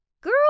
Girl